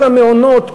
כל המעונות,